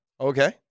Okay